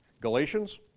Galatians